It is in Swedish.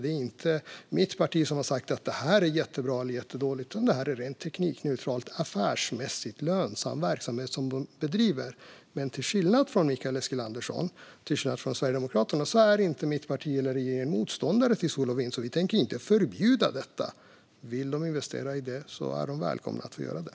Det är inte mitt parti som har sagt att det här är jättebra eller jättedåligt, utan det är en teknikneutral och affärsmässigt lönsam verksamhet som de bedriver. Men till skillnad från Mikael Eskilandersson och Sverigedemokraterna är inte mitt parti eller regeringen motståndare till sol och vind, så vi tänker inte förbjuda detta. Vill de investera i det är de välkomna att göra det.